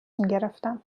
میگرفتم